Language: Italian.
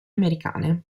americane